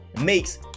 makes